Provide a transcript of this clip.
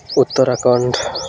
Uttarakhand